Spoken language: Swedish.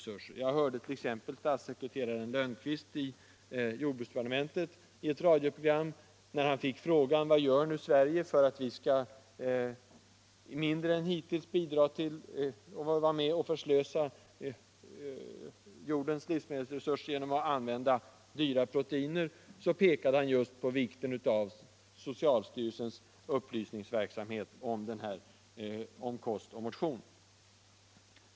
I ett radioprogram som jag lyssnade till fick t.ex. statssekreteraren Lönnqvist i jordbruksdepartementet frågan vad Sverige gör för att vi mindre än hittills skall förslösa jordens livsmedelsresurser genom att använda dyra proteiner. Lönnqvist pekade i sitt svar just på vikten av socialstyrelsens upplysningsverksamhet om kost och motion.